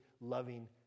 loving